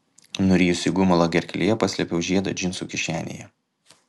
nurijusi gumulą gerklėje paslėpiau žiedą džinsų kišenėje